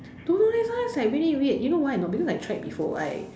don't know leh sometimes like very weird you know why or not because I've tried before I